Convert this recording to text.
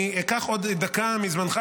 אני אקח עוד דקה מזמנך,